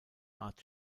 art